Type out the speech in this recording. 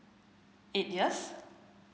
eight years